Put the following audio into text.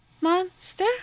monster